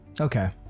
Okay